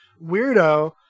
weirdo